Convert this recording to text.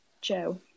Joe